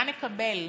מה נקבל?